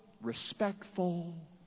respectful